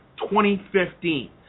2015